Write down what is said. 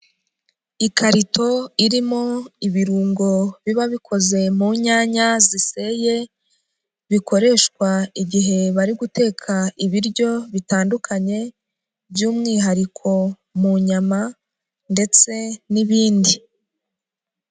Ikarito irimo ibirungo biba bikoze mu nyanya ziseye, bikoreshwa igihe bari guteka ibiryo bitandukanye, by'umwihariko mu nyama ndetse n'ibindi.